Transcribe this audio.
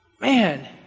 Man